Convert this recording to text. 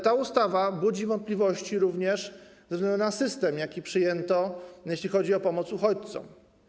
Ta ustawa budzi wątpliwości również ze względu na system, jaki przyjęto, jeśli chodzi o pomoc uchodźcom.